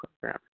program